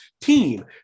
team